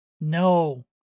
No